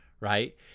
right